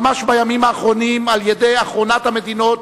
ממש בימים האחרונים, על-ידי אחרונת המדינות,